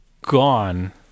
gone